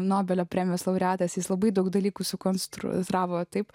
nobelio premijos laureatas jis labai daug dalykų sukonstravo taip